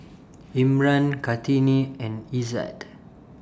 Imran Kartini and Izzat